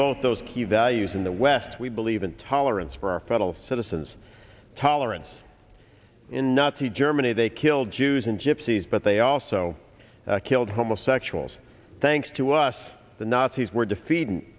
both those key values in the west we believe in tolerance for our federal citizens tolerance in nazi germany they killed jews and gypsies but they also killed homosexuals thanks to us the nazis were